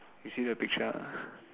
you see the picture ah